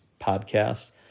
podcast